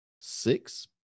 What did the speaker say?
six